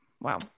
Wow